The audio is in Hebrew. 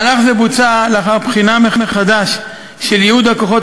מהלך זה בוצע לאחר בחינה מחדש של ייעוד הכוחות